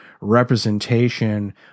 representation